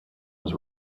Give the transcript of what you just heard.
was